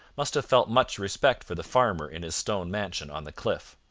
must have felt much respect for the farmer in his stone mansion on the cliff.